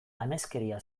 ameskeria